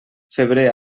febrer